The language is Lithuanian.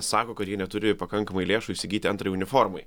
sako kad jie neturi pakankamai lėšų įsigyti antrai uniformai